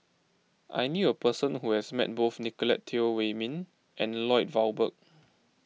I knew a person who has met both Nicolette Teo Wei Min and Lloyd Valberg